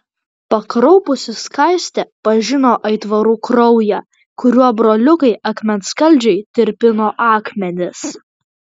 pakraupusi skaistė pažino aitvarų kraują kuriuo broliukai akmenskaldžiai tirpino akmenis